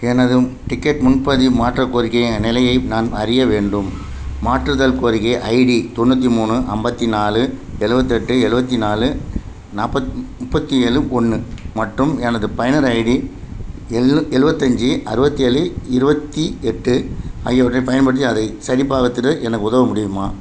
எனது டிக்கெட் முன்பதிவு மாற்றக் கோரிக்கையின் நிலையை நான் அறிய வேண்டும் மாற்றுதல் கோரிக்கை ஐடி தொண்ணூற்றி மூணு ஐம்பத்தி நாலு எழுவத்தெட்டு எழுவத்தி நாலு நாற்பத் முப்பத்தி ஏழு ஒன்று மற்றும் எனது பயனர் ஐடி எழுநூத் எழுவத்தஞ்சி அறுவத்தேழு இருபத்தி எட்டு ஆகியவற்றைப் பயன்படுத்தி அதை சரிபார்த்திட எனக்கு உதவ முடியுமா